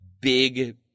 big